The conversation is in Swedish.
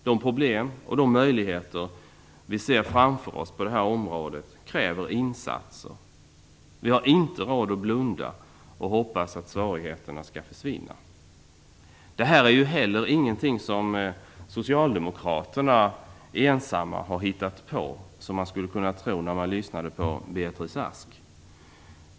De problem och de möjligheter som vi ser framför oss på det här området kräver insatser. Vi har inte råd att blunda och hoppas att svårigheterna skall försvinna. Detta är heller ingenting som socialdemokraterna ensamma har hittat på, som man kanske skulle kunna tro när man lyssnade på Beatrice Ask.